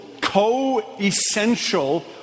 co-essential